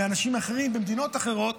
מאנשים אחרים במדינות אחרות,